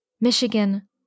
Michigan